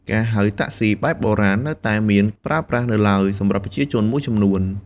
ការហៅតាក់ស៊ីបែបបុរាណនៅតែមានប្រើប្រាស់នៅឡើយសម្រាប់ប្រជាជនមួយចំនួន។